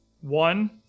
one